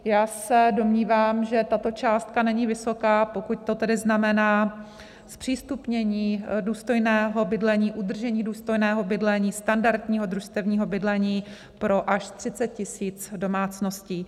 Já se domnívám, že tato částka není vysoká, pokud to tedy znamená zpřístupnění důstojného bydlení, udržení důstojného bydlení, standardního družstevního bydlení pro až 30 000 domácností.